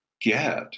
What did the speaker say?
get